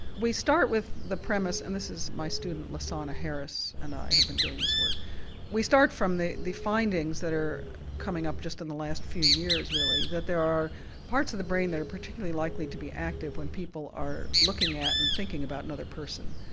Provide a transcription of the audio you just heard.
we start with the premise and this is my student losana harris and i have been doing this work we start from the the findings that are coming up just in the last few years really that there are parts of the brain that are particularly likely to be active when people are looking at and thinking about another person.